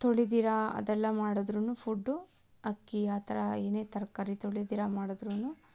ತೊಳೀದಿರಾ ಅದೆಲ್ಲ ಮಾಡಿದ್ರುನೂ ಫುಡ್ಡು ಅಕ್ಕಿ ಆ ಥರ ಏನೇ ತರಕಾರಿ ತೊಳೀದಿರಾ ಮಾಡಿದ್ರುನೂ